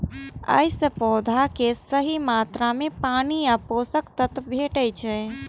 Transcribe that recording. अय सं पौधा कें सही मात्रा मे पानि आ पोषक तत्व भेटै छै